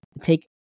take